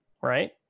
right